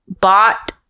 bought